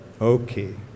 Okay